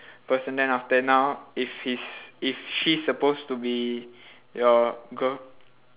person then after now if he's if she's supposed to be your girl~